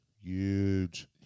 Huge